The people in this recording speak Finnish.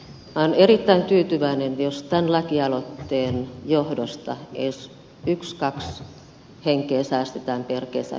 olen erittäin tyytyväinen jos tämän lakialoitteen johdosta edes yksi kaksi henkeä säästetään per kesä se on hieno asia